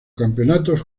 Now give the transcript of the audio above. campeonatos